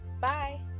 Bye